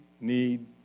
need